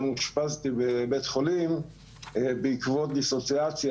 גם אושפזתי בבית חולים בעקבות דיסוציאציה.